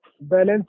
balance